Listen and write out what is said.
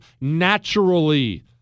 naturally